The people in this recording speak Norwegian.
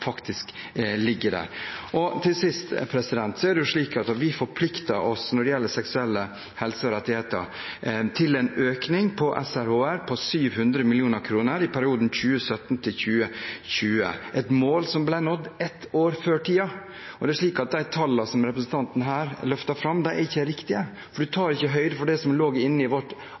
faktisk ligger der. Til sist: Når det gjelder seksuell helse og rettigheter, forpliktet vi oss til en økning på SRHR på 700 mill. kr i perioden 2017–2020, et mål som ble nådd ett år før tiden, og det er slik at de tallene som representanten her løfter fram, ikke er riktige, for en tar ikke høyde for det som lå inne i vårt